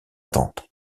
tante